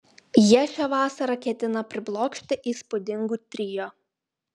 jie šią vasarą ketina priblokšti įspūdingu trio